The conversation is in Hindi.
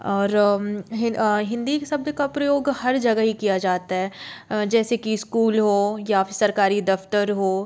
और हिन्दी के शब्द का प्रयोग हर जगह ही किया जाता है जैसे कि इस्कूल हो या फिर सरकारी दफ़्तर हो